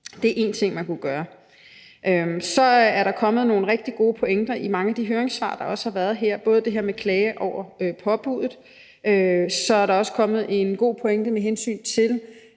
Det er én ting, man kunne gøre. Så er der kommet nogle rigtig gode pointer i mange af de høringssvar, der har været her, både det her med klage over påbuddet, og så er der også kommet en god pointe med hensyn til